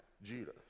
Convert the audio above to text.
Judah